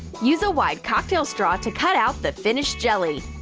use a wide cocktail straw to cut out the finished jelly.